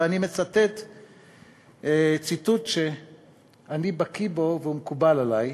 ואני מביא ציטוט שאני בקי בו והוא מקובל עלי: